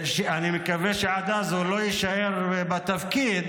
אני מקווה שעד אז הוא לא יישאר בתפקיד,